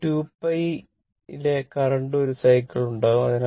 അതിനാൽ 2π ലെ കറന്റ് ഒരു സൈക്കിൾ ഉണ്ടാക്കും